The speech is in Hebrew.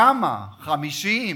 כמה, 50?